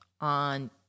on